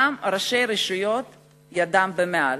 גם ראשי הרשויות ידם במעל.